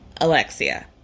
Alexia